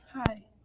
Hi